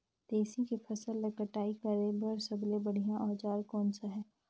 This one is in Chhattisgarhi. तेसी के फसल ला कटाई करे बार सबले बढ़िया औजार कोन सा हे?